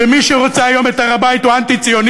ומי שרוצה היום את הר-הבית הוא אנטי-ציוני,